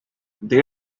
they